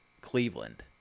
Cleveland